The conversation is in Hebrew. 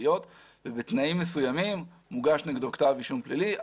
תביעות ובתנאים מסוימים מוגש נגדו כתב אישום פלילי.